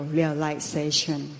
realization